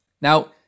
Now